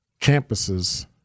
campuses